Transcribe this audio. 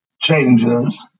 changes